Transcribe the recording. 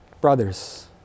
brothers